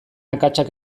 akatsak